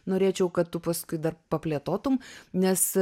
norėčiau kad tu paskui dar plėtotum nes